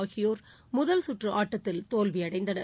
ஆகியோர் முதல் சுற்று ஆட்டத்தில் தோல்வியடைந்தனர்